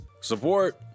Support